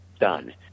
done